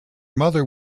mother